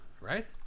right